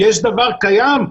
יש דבר קיים,